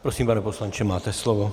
Prosím, pane poslanče, máte slovo.